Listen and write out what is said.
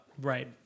Right